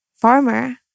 farmer